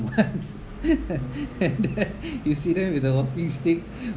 once and then you see them with a walking stick